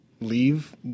leave